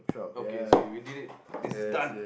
okay so we did it this is done